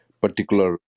particular